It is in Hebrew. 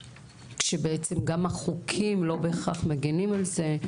כשבעצם גם החוקים לא בהכרח מגינים על זה.